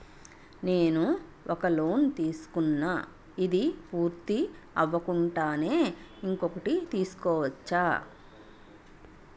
నేను ఒక లోన్ తీసుకున్న, ఇది పూర్తి అవ్వకుండానే ఇంకోటి తీసుకోవచ్చా?